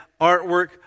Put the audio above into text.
artwork